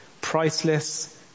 Priceless